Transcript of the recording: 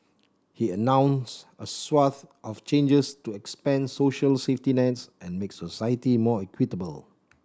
he announced a swathe of changes to expand social safety nets and make society more equitable